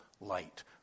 light